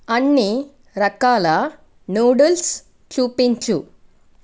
అన్ని రకాల నూడుల్స్ చూపించు